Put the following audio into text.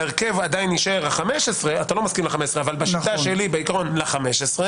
ההרכב עדיין יישאר ה-15 אתה לא מסכים ל-15 אבל בעיקרון ל-15,